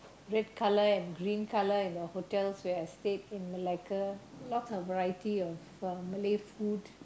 red colour and green colour and the hotel where I had in Malacca lots of variety of Malay food